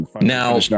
Now